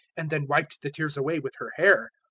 and then wiped the tears away with her hair.